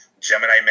Gemini